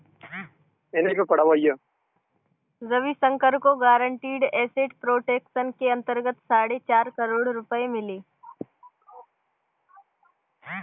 रविशंकर को guaranteed asset protection के अंतर्गत साढ़े चार करोड़ रुपये मिले